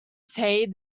say